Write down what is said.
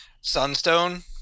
Sunstone